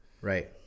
Right